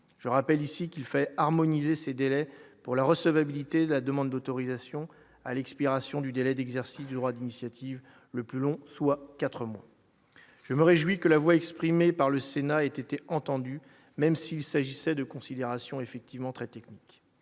je rappelle ici qu'il fallait harmoniser ces délais pour la recevabilité de la demande d'autorisation à l'expiration du délai d'exercice du droit d'initiative, le plus long, soit 4 mois je me réjouis que la voix exprimées par le Sénat était entendu, même s'il s'agissait de considérations effectivement très technique,